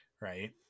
Right